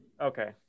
Okay